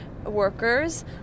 workers